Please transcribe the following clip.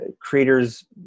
creators